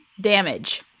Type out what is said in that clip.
damage